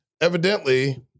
evidently